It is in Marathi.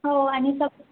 हो आणि तसं